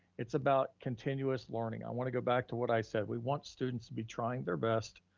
it's about continuous learning, i wanna go back to what i said. we want students to be trying their best,